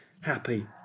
happy